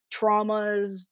traumas